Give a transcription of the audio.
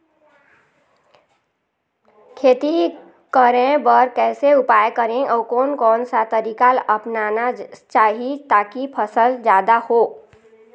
खेती करें बर कैसे उपाय करें अउ कोन कौन सा तरीका ला अपनाना चाही ताकि फसल जादा हो?